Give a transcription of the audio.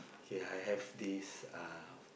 kay I have this uh